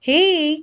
Hey